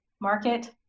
market